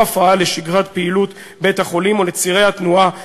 הפרעה לשגרת פעילות בית-החולים או לצירי התנועה שבאזור.